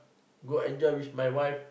go enjoy with my wife